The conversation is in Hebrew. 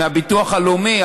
מהביטוח הלאומי,